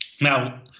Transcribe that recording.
Now